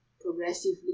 Progressively